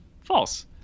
False